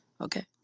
Okay